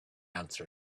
answered